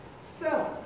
self